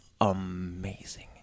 amazing